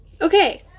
Okay